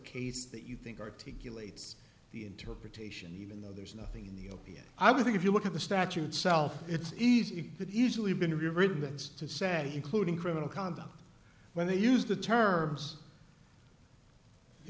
case that you think articulate the interpretation even though there's nothing in the o p s i would think if you look at the statute itself it's easy but easily been ridiculous to say including criminal conduct when they use the terms you